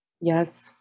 Yes